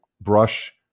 brush